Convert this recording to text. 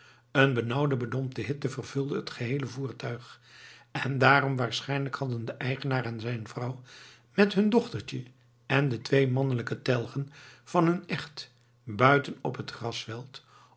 een benauwde bedompte hitte vervulde het geheele voertuig en daarom waarschijnlijk hadden de eigenaar en zijn vrouw met hun dochtertje en de twee mannelijke telgen van hun echt buiten op het